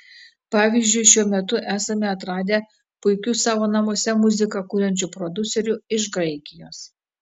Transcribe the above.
pavyzdžiui šiuo metu esame atradę puikių savo namuose muziką kuriančių prodiuserių iš graikijos